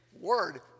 word